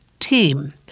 team